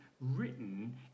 written